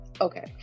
Okay